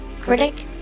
Critic